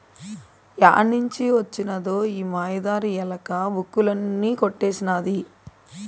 ఏడ్నుంచి వొచ్చినదో ఈ మాయదారి ఎలక, బుక్కులన్నీ కొట్టేసినాది